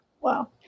Wow